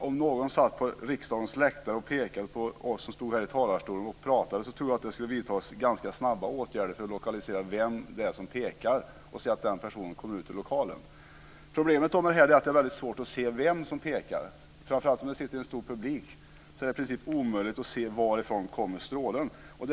Om någon satt på riksdagens läktare och pekade på oss som står här i talarstolen och talar så tror jag att det skulle vidtas ganska snabba åtgärder för att lokalisera vem det var som pekade och se till att den personen kom ut ur lokalen. Problemet är att det är väldigt svårt att se vem som pekar, framför allt om det är fråga om en stor publik. Då är det i princip omöjligt att se varifrån strålen kommer.